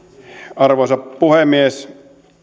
arvoisa puhemies